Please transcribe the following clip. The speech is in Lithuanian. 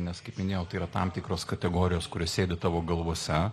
nes kaip minėjau tai yra tam tikros kategorijos kurios sėdi tavo galvose